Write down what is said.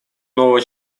нового